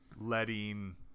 letting